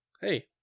Hey